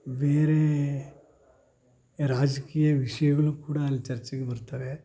ಬೇರೆ ರಾಜಕೀಯ ವಿಷಯಗಳು ಕೂಡ ಅಲ್ಲಿ ಚರ್ಚೆಗೆ ಬರ್ತಾವೆ